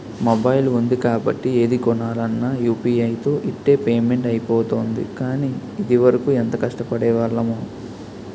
mobile ఉంది కాబట్టి ఏది కొనాలన్నా యూ.పి.ఐ తో ఇట్టే పేమెంట్ అయిపోతోంది కానీ, ఇదివరకు ఎంత కష్టపడేవాళ్లమో